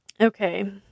okay